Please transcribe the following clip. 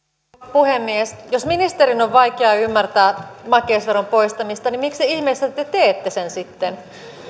puhemies jos ministerin on vaikea ymmärtää makeisveron poistamista niin miksi ihmeessä te te teette sen sitten on aivan